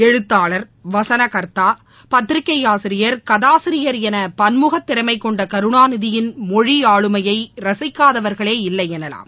எழுத்தாளர் வசனகர்த்தா பத்திரிகைஆசிரியர் கதாசிரியர் எனபன்முகத் திறமைகொண்டகருணாநிதியின் மொழிஆளுமையைரசிக்காதவர்களே இல்லைஎனலாம்